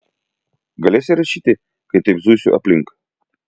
galėsi rašyti kai taip zuisiu aplink